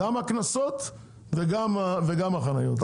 גם הקנסות וגם החניות.